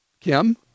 Kim